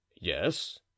yes